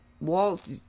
Walt